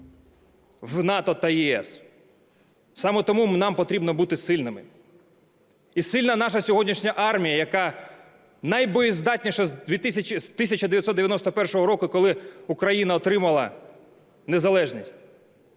в НАТО та ЄС. Саме тому нам потрібно бути сильними. І сильна наша сьогоднішня армія, яка найбоєздатніша з 1991 року, коли Україна отримала незалежність.